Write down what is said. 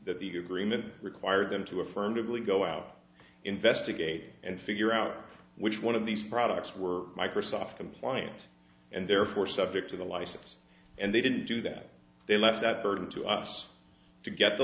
that the agreement required them to affirmatively go out investigate and figure out which one of these products were microsoft compliant and therefore subject to the license and they didn't do that they left that burden to us to get the